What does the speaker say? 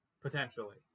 potentially